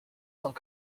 cent